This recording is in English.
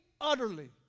utterly